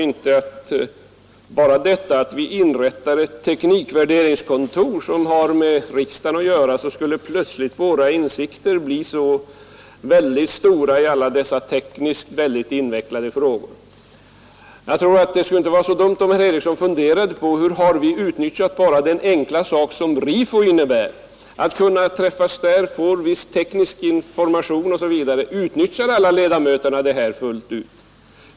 Inte blir våra insikter i tekniska frågor plötsligt stora enbart därför att vi inrättar ett teknikvärderingskontor, som har med riksdagen att göra. Det vore inte så dumt, om herr Eriksson funderade litet över hur vi utnyttjat den enkla sak som RIFO innebär. Utnyttjar alla ledamöter möjligheterna att träffas där för att få teknisk information?